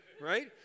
right